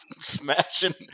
smashing